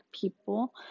people